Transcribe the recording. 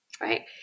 right